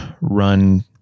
run